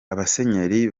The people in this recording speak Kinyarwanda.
abasenyeri